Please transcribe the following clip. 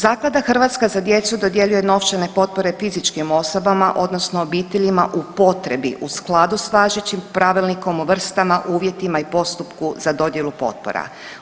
Zaklada „Hrvatska za djecu“ dodjeljuje novčane potpore fizičkim osobama odnosno obiteljima u potrebi u skladu s važećim Pravilnikom o vrstama, uvjetima i postupku za dodjelu potpora.